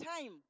time